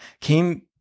came